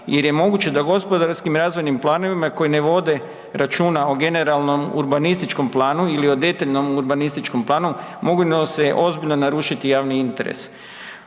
jer je moguće da gospodarskim razvojnim planovima koji ne vode računa o generalnom urbanističkom planu ili o detaljnom urbanističkom planu, mogu se ozbiljno narušiti javni interes.